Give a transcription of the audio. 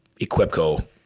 Equipco